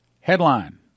headline